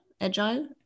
Agile